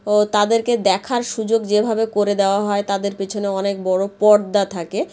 তাদেরকে দেখার সুযোগ যেভাবে করে দেওয়া হয় তাদের পেছনে অনেক বড়ো পর্দা থাকে